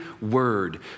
word